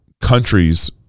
countries